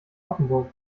offenburg